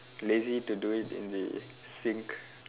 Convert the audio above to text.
lazy to do it in the sink